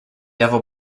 devil